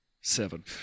seven